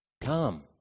Come